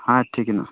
ᱦᱮᱸ ᱴᱷᱤᱠ ᱮᱱᱟ